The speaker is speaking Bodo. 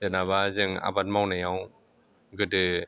जेनेबा जों आबाद मावनायाव गोदो